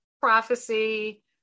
prophecy